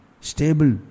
stable